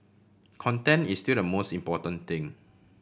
content is still the most important thing